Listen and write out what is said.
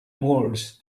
moors